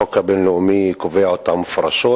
שהחוק הבין-לאומי קובע מפורשות,